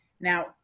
Now